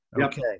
okay